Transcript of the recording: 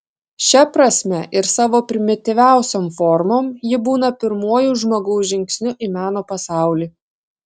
šia prasme ir savo primityviausiom formom ji būna pirmuoju žmogaus žingsniu į meno pasaulį